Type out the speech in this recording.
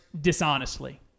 dishonestly